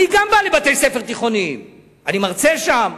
גם אני בא לבתי-ספר תיכוניים, אני מרצה שם.